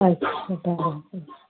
अछा तव्हां